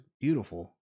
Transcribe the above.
beautiful